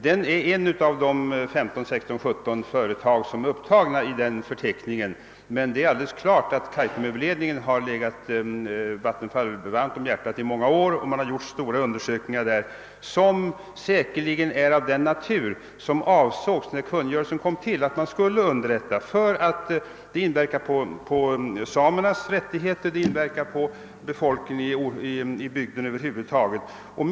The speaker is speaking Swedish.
Detta är visserligen ett av de 15—16—17 företag som är upptagna i förteckningen. Det är emellertid alldeles klart att Kaitumöverledningen har legat Vattenfall varmt om hjärtat i många år, och man har gjort stora undersökningar som säkerligen är av den natur som avsågs när kungörelsen kom till. Planerna inverkar på samernas rättigheter och inverkar över huvud taget på förhållandena för befolkningen i bygden.